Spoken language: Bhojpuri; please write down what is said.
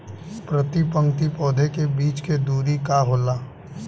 प्रति पंक्ति पौधे के बीच के दुरी का होला?